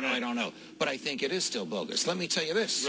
don't know i don't know but i think it is still bogus let me tell you this